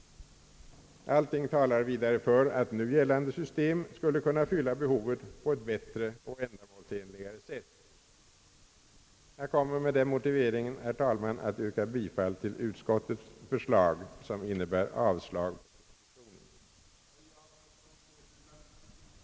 Allting talar vidare för att nu gällande system skulle kunna fylla behovet på ett bättre och ändamålsenligare sätt. Jag kommer därför med den motiveringen, herr talman, att yrka bifall till utskottets förslag, som innebär avslag på propositionen.